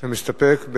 אתה מסתפק?